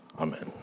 Amen